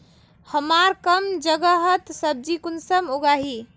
हमार कम जगहत सब्जी कुंसम उगाही?